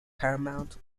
paramount